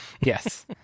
Yes